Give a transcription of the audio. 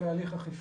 בהליך אכיפה.